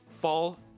fall